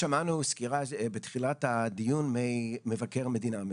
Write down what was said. שמענו סקירה בתחילת הדיון ממבקר המדינה,